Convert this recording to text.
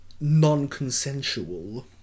non-consensual